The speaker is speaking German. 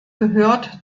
gehört